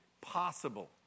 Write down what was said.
possible